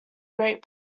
great